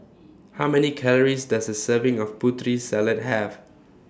How Many Calories Does A Serving of Putri Salad Have